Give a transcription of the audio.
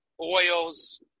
oils